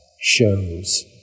shows